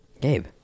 Gabe